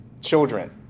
children